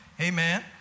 amen